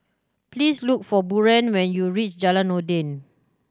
please look for Buren when you reach Jalan Noordin